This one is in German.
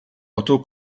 otto